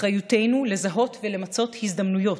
אחריותנו לזהות ולמצות הזדמנויות.